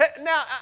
Now